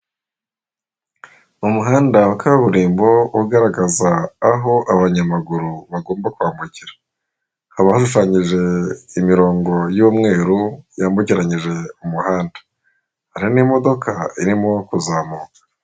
Umuhanda wa kaburimbo ugaragaza aho abanyamaguru bagomba kwambukira, haba hashushanyije imirongo y'umweru yambukiranyije umuhanda hari n'imodoka irimo kuzamuka.